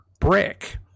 brick